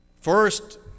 first